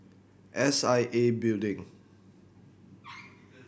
S I A Building